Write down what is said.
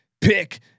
pick